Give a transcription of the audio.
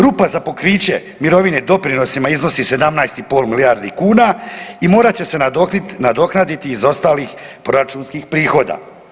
Rupa za pokriće mirovine doprinosima iznosi 17,5 milijardi kuna i morat će se nadoknaditi iz ostalih proračunskih prihoda.